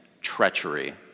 treachery